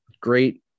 great